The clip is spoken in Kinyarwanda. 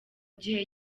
gihe